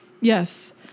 Yes